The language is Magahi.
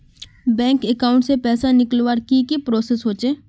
बैंक अकाउंट से पैसा निकालवर की की प्रोसेस होचे?